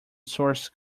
source